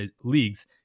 leagues